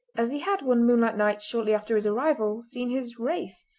as he had one moonlight night shortly after his arrival seen his wraith.